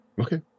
Okay